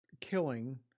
killing